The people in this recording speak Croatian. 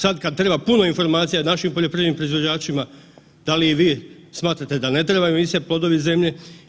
Sad kad treba puno informacija našim poljoprivrednim proizvođačima, da li i vi smatrate da ne treba emisija „Plodovi zemlje“